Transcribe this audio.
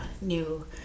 new